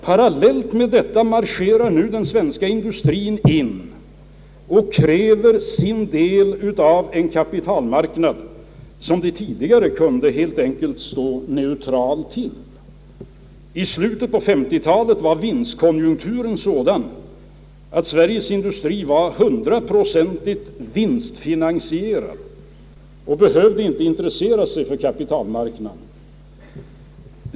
Parallellt med detta kommer nu den svenska industrien och kräver sin del av den kapitalmarknad som den tidigare helt enkelt kunde stå neutral till. I slutet på 1950-talet var vinstkonjunkturen sådan att Sveriges industri var hundraprocentigt vinstfinansierad och inte behövde intressera sig för kapital marknaden.